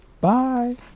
bye